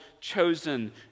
chosen